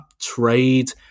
trade